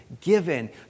given